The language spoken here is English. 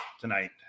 tonight